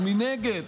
ומנגד,